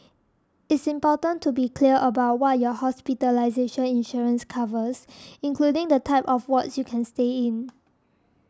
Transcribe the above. it's important to be clear about what your hospitalization insurance covers including the type of wards you can stay in